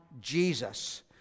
Jesus